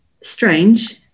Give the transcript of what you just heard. strange